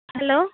hello